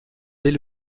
dès